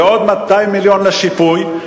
ועוד 200 מיליון לשיפוי,